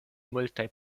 multaj